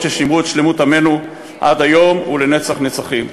ששימרו את שלמות עמנו עד היום ולנצח נצחים.